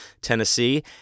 Tennessee